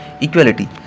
Equality